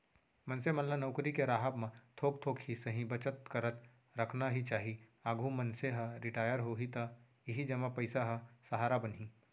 मनसे मन ल नउकरी के राहब म थोक थोक ही सही बचत करत रखना ही चाही, आघु मनसे ह रिटायर होही त इही जमा पइसा ह सहारा बनही